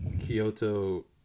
kyoto